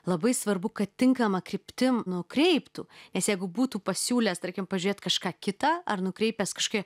labai svarbu kad tinkama kryptim nukreiptų nes jeigu būtų pasiūlęs tarkim pažiūrėt kažką kitą ar nukreipęs kažkokia